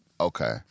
Okay